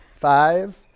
Five